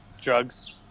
Drugs